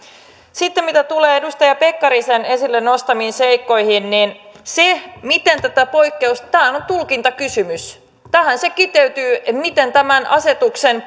sitten mitä tulee edustaja pekkarisen esille nostamiin seikkoihin niin se miten tätä poikkeusta tulkitaan tämähän on tulkintakysymys tähän se kiteytyy miten tämän asetuksen